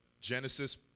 Genesis